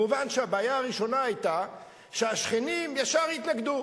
מובן שהבעיה הראשונה היתה שהשכנים ישר התנגדו.